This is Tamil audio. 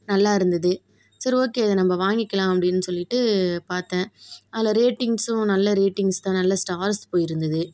நல்லா இருந்தது சரி ஓகே இதை நம்ம வாங்கிக்கலாம் அப்டின்னு சொல்லிவிட்டு பாத்தேன் அதில் ரேட்டிங்ஸும் நல்ல ரேட்டிங்ஸ்தான் நல்ல ஸ்டார்ஸ் போயிருந்தது